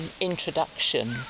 introduction